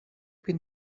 been